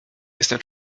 jestem